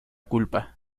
culpa